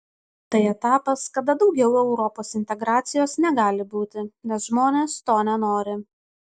tai etapas kada daugiau europos integracijos negali būti nes žmonės to nenori